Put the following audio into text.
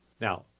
Now